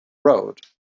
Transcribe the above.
road